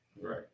right